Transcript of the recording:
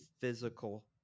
physical